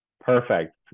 Perfect